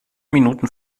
minuten